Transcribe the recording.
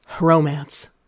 Romance